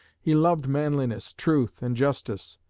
he loved manliness, truth, and justice.